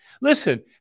Listen